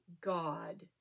God